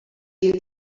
wie